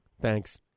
Thanks